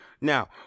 now